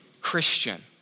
Christian